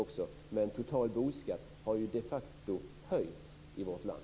Men den totala boskatten har ju de facto höjts i vårt land.